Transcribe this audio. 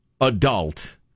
adult